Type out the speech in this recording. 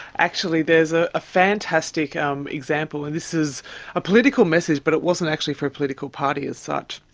actually there's a fantastic um example. and this is a political message but it wasn't actually for a political party as such.